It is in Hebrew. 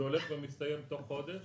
זה הולך ומסתיים תוך חודש